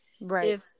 Right